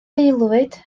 aelwyd